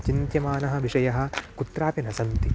चिन्त्यमानाः विषयाः कुत्रापि न सन्ति